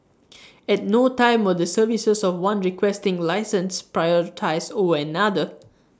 at no time were the services of one Requesting Licensee prioritised over another